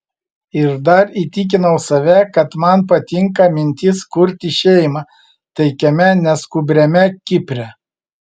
ir dar įtikinau save kad man patinka mintis kurti šeimą taikiame neskubriame kipre